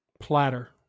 platter